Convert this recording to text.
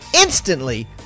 instantly